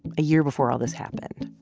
a year before all this happened.